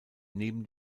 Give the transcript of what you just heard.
neben